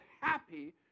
happy